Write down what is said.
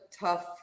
tough